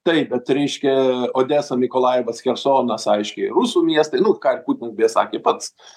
taip bet reiškia odesa nikolajevas chersonas aiškiai rusų miestai nu ką ir putinas beje sakė pats